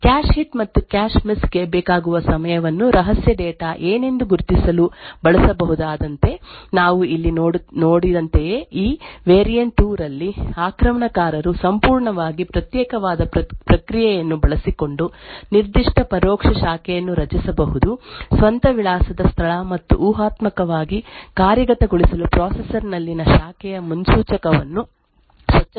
cash hit ಮತ್ತು cash miss ಗೆ ಬೇಕಾಗುವ ಸಮಯವನ್ನು ರಹಸ್ಯ ಡೇಟಾ ಏನೆಂದು ಗುರುತಿಸಲು ಬಳಸಬಹುದಾದಂತೆ ನಾವು ಇಲ್ಲಿ ನೋಡಿದಂತೆಯೇ ಈ ವೇರಿಯಂಟ್ 2 ರಲ್ಲಿ ಆಕ್ರಮಣಕಾರರು ಸಂಪೂರ್ಣವಾಗಿ ಪ್ರತ್ಯೇಕವಾದ ಪ್ರಕ್ರಿಯೆಯನ್ನು ಬಳಸಿಕೊಂಡು ನಿರ್ದಿಷ್ಟ ಪರೋಕ್ಷ ಶಾಖೆಯನ್ನು ರಚಿಸಬಹುದು ಸ್ವಂತ ವಿಳಾಸದ ಸ್ಥಳ ಮತ್ತು ಊಹಾತ್ಮಕವಾಗಿ ಕಾರ್ಯಗತಗೊಳಿಸಲು ಪ್ರೊಸೆಸರ್ ನಲ್ಲಿನ ಶಾಖೆಯ ಮುನ್ಸೂಚಕವನ್ನು ಸ್ವಚ್ಛಗೊಳಿಸಿ ಆದ್ದರಿಂದ ಈ ಊಹಾಪೋಹವು ರಹಸ್ಯ ಡೇಟಾ ವನ್ನು ರಿಜಿಸ್ಟರ್ A ಗೆ ಲೋಡ್ ಮಾಡಲು ಒತ್ತಾಯಿಸುತ್ತದೆ ನಂತರ ವಿಕ್ಟಿಮ್ ಗಳ ವಿಳಾಸದ ಸ್ಥಳದ ವಿಷಯಗಳ ಬಗ್ಗೆ ಮಾಹಿತಿಯನ್ನು ಹಿಂಪಡೆಯಲು ಬಳಸಬಹುದು